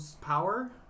power